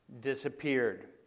disappeared